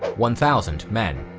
one thousand men.